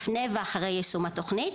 לפני ואחרי יישום התוכנית.